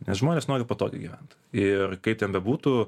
nes žmonės nori patogiai gyvent ir kaip ten bebūtų